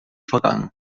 vergangen